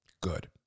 good